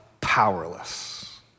powerless